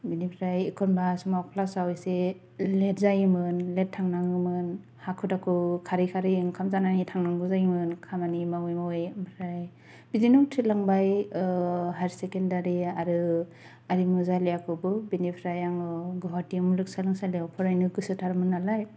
बिनिफ्राय एकनबा समाव क्लासाव एसे लेट जायोमोन लेट थांनाङोमोन हाखु दाखु खारै खारै ओंखाम जानानै थांनांगौ जायोमोन खामानि मावै मावै ओमफ्राय बिदिनो उथ्रिलांबाय ओह हायार सेकेण्डारि आरो आरिमु जालियाखौबो बिनिफ्राय आङो गुवाहाटि मुलुग सोलोंसालियाव फरायनो गोसोथारमोन नालाय